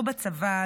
לא בצבא,